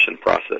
process